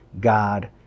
God